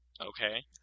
Okay